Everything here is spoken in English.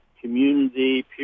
community